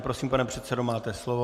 Prosím, pane předsedo, máte slovo.